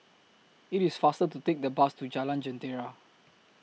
IT IS faster to Take The Bus to Jalan Jentera